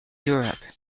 europe